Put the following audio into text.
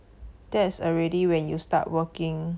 that's already when you start working